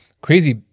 crazy